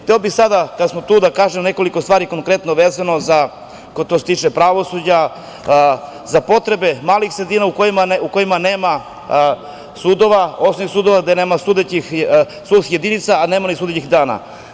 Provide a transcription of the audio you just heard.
Hteo bih sada kad smo tu da kažem nekoliko stvari konkretno vezano, što se tiče pravosuđa, za potrebe malih sredina u kojima nema sudova, osim sudova gde nema sudskih jedinica, a nemaju ni sudećih dana.